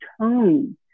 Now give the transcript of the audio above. tone